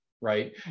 right